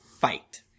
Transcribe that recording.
fight